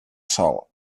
sol